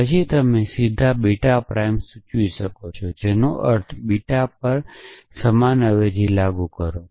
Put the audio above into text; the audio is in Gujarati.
પછી તમે સીધા બીટા પ્રાઇમ સૂચવી શકો છો જેનો અર્થ બીટા પર સમાન અવેજી લાગુ કરો